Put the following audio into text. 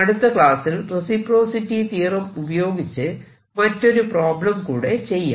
അടുത്ത ക്ലാസ്സിൽ reciprocity theorem ഉപയോഗിച്ച് മറ്റൊരു പ്രോബ്ലം കൂടെ ചെയ്യാം